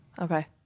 Okay